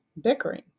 bickering